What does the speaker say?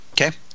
Okay